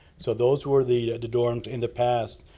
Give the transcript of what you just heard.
so, those were the dorms in the past.